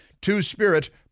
Two-spirit